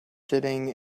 sitting